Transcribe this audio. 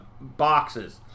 boxes